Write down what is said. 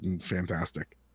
fantastic